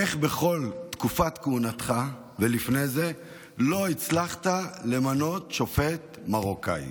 איך בכל תקופת כהונתך ולפני זה לא הצלחת למנות שופט מרוקאי?